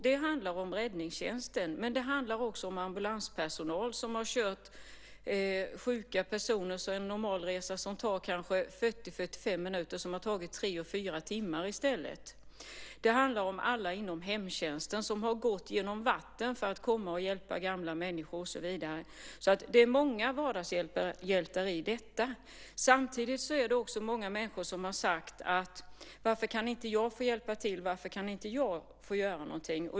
Det handlar om Räddningstjänsten, men också om ambulanspersonal som har kört sjuka personer där en resa som normalt tar 40-45 minuter har tagit tre och fyra timmar. Det handlar om alla inom hemtjänsten som har gått genom vatten för att hjälpa gamla människor. Det är många vardagshjältar i detta. Samtidigt har många sagt: Varför kan inte jag få hjälpa till? Varför kan inte jag få göra något?